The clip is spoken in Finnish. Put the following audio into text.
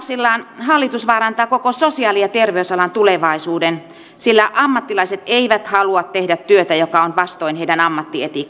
linjauksillaan hallitus vaarantaa koko sosiaali ja terveysalan tulevaisuuden sillä ammattilaiset eivät halua tehdä työtä joka on vastoin heidän ammattietiikkaansa